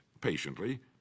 patiently